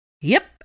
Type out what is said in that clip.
Yep